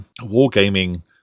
wargaming